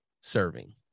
serving